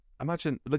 imagine